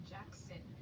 Jackson